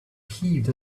heaved